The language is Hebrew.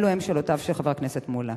אלו הן שאלותיו של חבר הכנסת מולה.